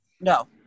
No